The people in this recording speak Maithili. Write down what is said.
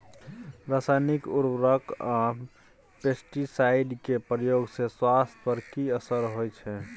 रसायनिक उर्वरक आ पेस्टिसाइड के प्रयोग से स्वास्थ्य पर कि असर होए छै?